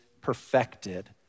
perfected